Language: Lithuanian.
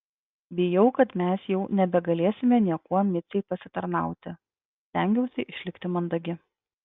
bijau kad mes jau nebegalėsime niekuo micei pasitarnauti stengiausi išlikti mandagi